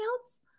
else